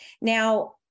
Now